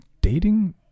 dating